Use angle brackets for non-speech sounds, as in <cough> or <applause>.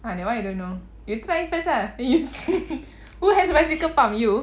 ah that [one] I don't know you try first lah you <laughs> who has a bicycle pump you